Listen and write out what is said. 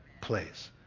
place